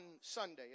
Sunday